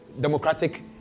democratic